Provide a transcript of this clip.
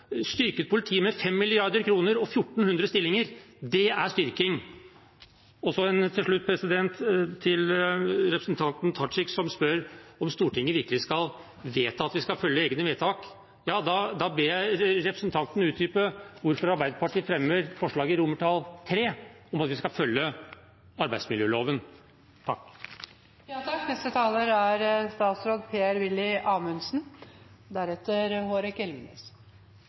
styrket politiet med 5 mrd. kr og 1 400 stillinger. Det er styrking. Til slutt, til representanten Tajik, som spør om Stortinget virkelig skal vedta at vi skal følge egne vedtak: Ja, da ber jeg representanten utdype hvorfor Arbeiderpartiet støtter forslag til III i innstillingen, om at vi skal følge arbeidsmiljøloven.